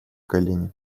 колени